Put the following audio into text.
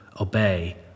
obey